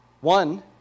One